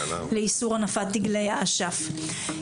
לאיסור הנפת דגלי אש"ף.